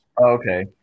Okay